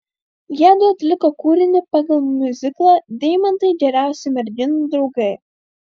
jiedu atliko kūrinį pagal miuziklą deimantai geriausi merginų draugai